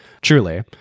truly